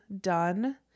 done